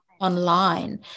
online